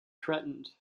threatened